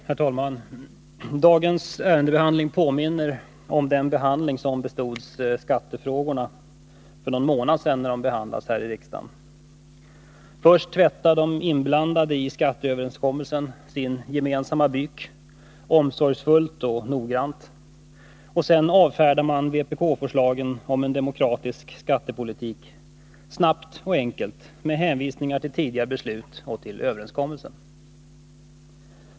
Herr talman! Dagens ärendebehandling påminner om den behandling som bestods skattefrågorna för någon månad sedan när de behandlades här i riksdagen. Först tvättade de inblandade i skatteöverenskommelsen sin gemensamma byk omsorgsfullt och noggrant, och sedan avfärdar man vpk-förslagen om en demokratisk skattepolitik snabbt och enkelt med hänvisningar till tidigare beslut och till överenskommelsen.